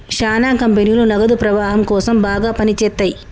శ్యానా కంపెనీలు నగదు ప్రవాహం కోసం బాగా పని చేత్తయ్యి